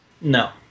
No